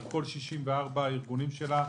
על כל 64 הארגונים שלה.